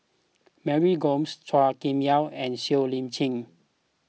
Mary Gomes Chua Kim Yeow and Siow Lee Chin